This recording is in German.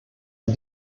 sie